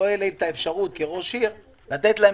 לא תהיה לי האפשרות כראש עיר לתת להם